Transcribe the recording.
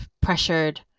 pressured